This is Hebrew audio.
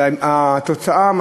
אבל התוצאה,